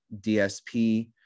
DSP